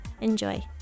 Enjoy